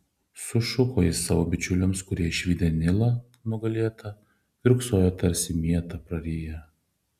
sušuko jis savo bičiuliams kurie išvydę nilą nugalėtą kiurksojo tarsi mietą prariję